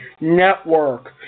Network